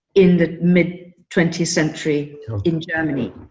in the mid twentieth century in germany,